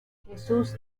jesús